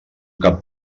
cap